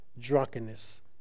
drunkenness